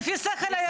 להיכנס.